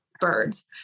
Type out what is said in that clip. birds